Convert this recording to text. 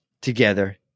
together